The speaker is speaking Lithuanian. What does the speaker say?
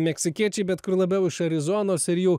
meksikiečiai bet kur labiau iš arizonos ir jų